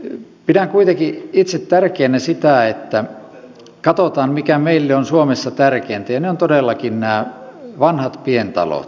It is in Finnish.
no pidän kuitenkin itse tärkeänä sitä että katsotaan mikä meille on suomessa tärkeintä ja ne ovat todellakin nämä vanhat pientalot